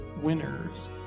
winners